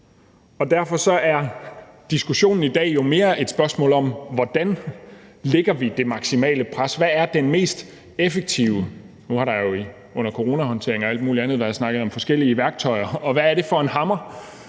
og derfor er diskussionen i dag jo mere et spørgsmål om, hvordan vi lægger det maksimale pres på, hvad det mest effektive værktøj er. Og nu har der jo under coronahåndteringen og alt muligt andet været snakket om forskellige værktøjer, så hvad er det for en hammer,